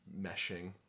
meshing